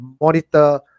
monitor